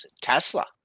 Tesla